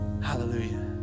Hallelujah